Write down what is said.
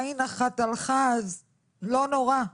עין אחת הלכה אז לא נורא,